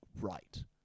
right